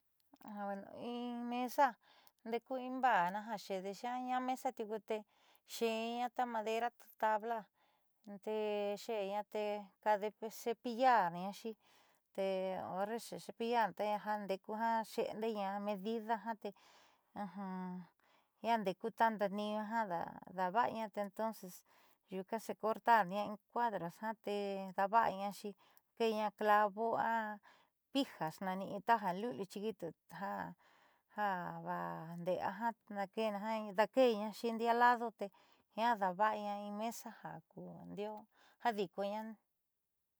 Bueno in mesa nde'eku in mba'ana jaxedeña tiuku tee xe'enña ta madera tabla tee xe'enña kada xecepillarñaxi tee horre xecepillar tajiaa nde'eku ja xe'endeña medida ja tee jiaa nde'eku ta nda'atniiñu jadava'aña te entonces nyuuka xecortarña en cuadros jiaa te da'ava'añaaxi daake'ena clavo a pijas nani in taja luliu chiquita ja vaande'ea ja daake'eñaxi ndiaá ladu tee jiaa daava'aña in mesa ja ku ja diikooña ne.